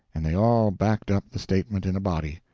and they all backed up the statement in a body.